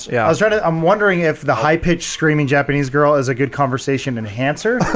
yeah. i was right. ah i'm wondering if the high-pitched screaming japanese girl is a good conversation enhancer